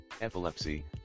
Epilepsy